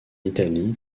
italie